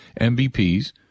MVPs